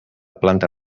planta